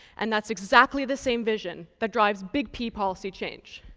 and that's exactly the same vision that drives big p policy change.